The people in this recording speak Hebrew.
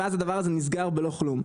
ואז הדבר הזה נסגר בלא כלום.